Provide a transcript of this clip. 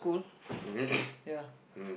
mm